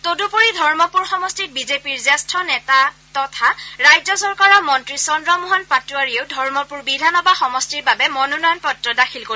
তদূপৰি ধৰ্মপূৰ সমষ্টিত বিজেপিৰ জ্যেষ্ঠ নেতা তথা ৰাজ্য চৰকাৰৰ মন্ত্ৰী চন্দ্ৰমোহন পাটোৱাৰীয়েও ধৰ্মপুৰ বিধানসভা সমষ্টিৰ বাবে মনোনয়ন পত্ৰ দাখিল কৰিব